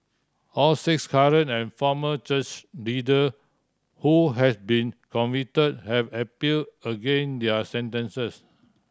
all six current and former church leader who has been convict have appeal again their sentences